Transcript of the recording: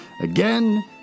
Again